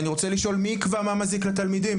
אני רוצה לשאול מי יקבע מה מזיק לתלמידים?